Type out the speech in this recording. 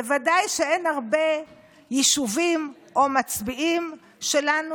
בוודאי שאין הרבה יישובים או מצביעים שלנו,